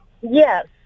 Yes